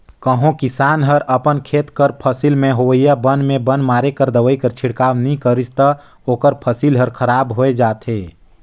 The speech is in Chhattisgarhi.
कहों किसान हर अपन खेत कर फसिल में होवइया बन में बन मारे कर दवई कर छिड़काव नी करिस ता ओकर फसिल हर खराब होए जाथे